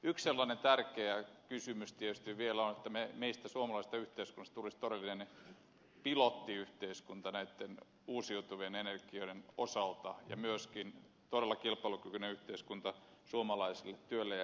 yksi sellainen tärkeä kysymys tietysti vielä on että suomalaisesta yhteiskunnasta voisi tulla todellinen pilottiyhteiskunta näitten uusiutuvien energioiden osalta ja myöskin todella kilpailukykyinen yhteiskunta suomalaiselle työlle ja elinkeinoelämälle